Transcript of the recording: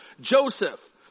Joseph